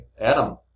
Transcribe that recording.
Adam